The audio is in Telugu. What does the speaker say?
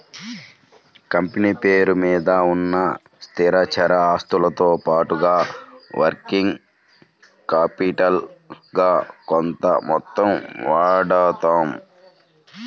కంపెనీ పేరు మీద ఉన్న స్థిరచర ఆస్తులతో పాటుగా వర్కింగ్ క్యాపిటల్ గా కొంత మొత్తం వాడతాం